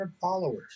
followers